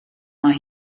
mae